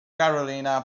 carolina